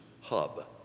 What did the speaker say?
hub